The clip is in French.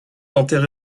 enterré